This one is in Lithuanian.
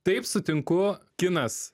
taip sutinku kinas